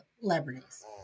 celebrities